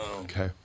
Okay